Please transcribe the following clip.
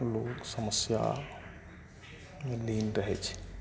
लोक समस्यामे लीन रहै छै